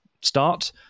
start